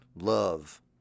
love